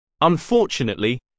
Unfortunately